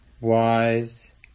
wise